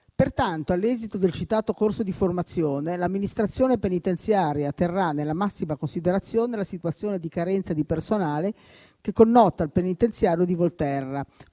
Pertanto, all'esito del citato corso di formazione, l'amministrazione penitenziaria terrà nella massima considerazione la situazione di carenza di personale che connota il penitenziario di Volterra,